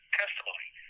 testimony